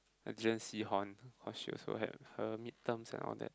I didn't see Horn cause she also had her mid terms and all that